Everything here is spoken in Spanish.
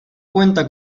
cuenta